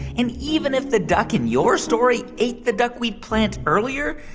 and even if the duck in your story ate the duckweed plant earlier,